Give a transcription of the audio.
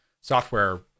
software